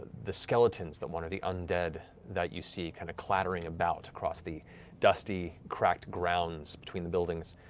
the skeletons that wander, the undead that you see kind of clattering about across the dusty, cracked grounds between the buildings,